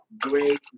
great